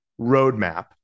roadmap